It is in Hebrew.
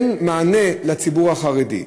אין מענה לציבור החרדי.